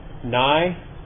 nigh